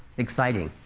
exciting.